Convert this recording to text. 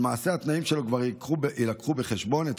שלמעשה התנאים שלו כבר ייקחו בחשבון את